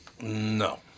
No